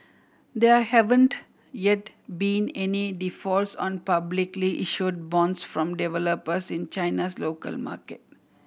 there haven't yet been any defaults on publicly issued bonds from developers in China's local market